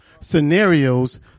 scenarios